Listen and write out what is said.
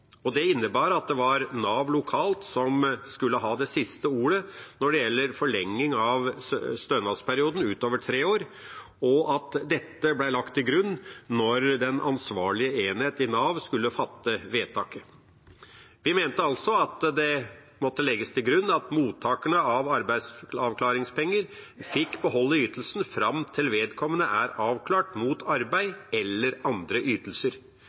som skulle ha det siste ordet når det gjaldt forlenging av stønadsperioden utover tre år, og at dette ble lagt til grunn når den ansvarlige enhet i Nav skulle fatte vedtak. Vi mente altså at det måtte legges til grunn at mottakerne av arbeidsavklaringspenger fikk beholde ytelsen fram til vedkommende var avklart mot arbeid eller andre ytelser.